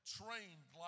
trained